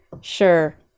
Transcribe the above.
Sure